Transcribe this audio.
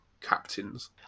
captains